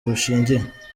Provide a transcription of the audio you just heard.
bushingiye